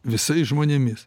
visais žmonėmis